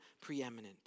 preeminent